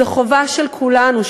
זו חובה של כולנו,